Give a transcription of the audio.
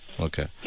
Okay